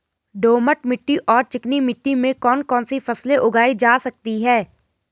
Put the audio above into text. दोमट मिट्टी और चिकनी मिट्टी में कौन कौन सी फसलें उगाई जा सकती हैं?